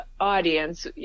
Audience